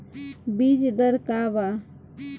बीज दर का वा?